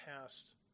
past